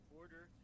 order